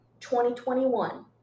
2021